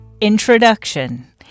Introduction